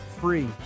free